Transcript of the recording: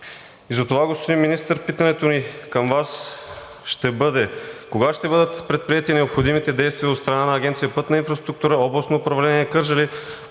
Затова, господин Министър, питането ни към Вас ще бъде: кога ще бъдат предприети необходимите действия от страна на Агенция „Пътна инфраструктура“, Областно управление – Кърджали,